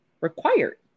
required